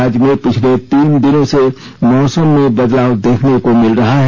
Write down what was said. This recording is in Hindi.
राज्य में पिछले तीन दिनों से मौसम में बदलाव देखने को मिल रहा है